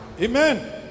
Amen